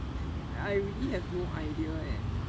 I really have no idea eh